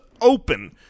open